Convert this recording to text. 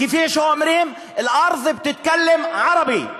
כפי שאומרים: (אומר בערבית: האדמה מדברת ערבית,)